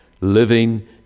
living